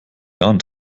jahren